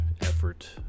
effort